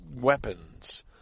weapons –